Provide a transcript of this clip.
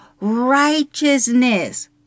righteousness